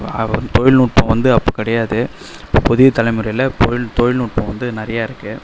அவ்வளோ தொழில்நுட்பம் வந்து அப்போ கிடையாது இப்போ புதிய தலைமுறையில் தொழில் தொழில்நுட்பம் வந்து நிறையா இருக்கு